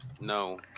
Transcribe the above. No